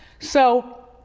so,